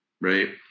right